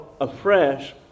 afresh